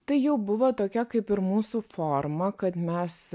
tai jau buvo tokia kaip ir mūsų forma kad mes